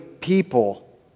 people